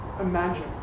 imagine